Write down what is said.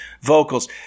vocals